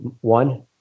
One